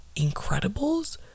Incredibles